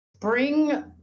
bring